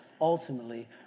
ultimately